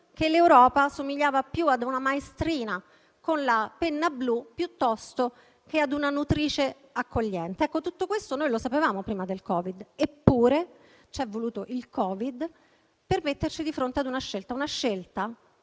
che l'Europa somigliava più ad una maestrina con la penna blu che ad una nutrice accogliente? Tutto questo lo sapevamo prima del Covid, eppure ci è voluto il Covid per metterci di fronte ad una scelta, una scelta